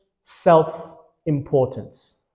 self-importance